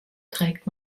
trägt